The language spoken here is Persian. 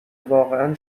واقعا